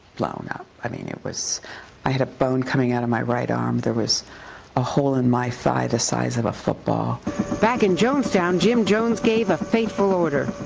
blown up. i mean, it was i had a bone coming out of my right arm. there was a hole in my thigh the size of a football. reporter back in jonestown, jim jones gave a fateful order.